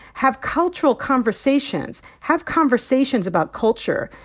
have cultural conversations, have conversations about culture.